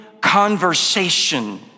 conversation